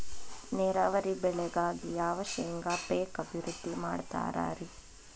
ನೇರಾವರಿ ಬೆಳೆಗಾಗಿ ಯಾವ ಶೇಂಗಾ ಪೇಕ್ ಅಭಿವೃದ್ಧಿ ಮಾಡತಾರ ರಿ?